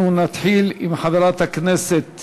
אנחנו נתחיל עם חברת הכנסת